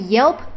Yelp